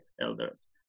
elders